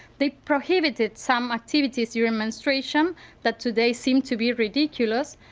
they prohibited some activities during menstruation that today seem to be ridiculous.